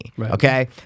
Okay